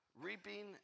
Reaping